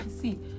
see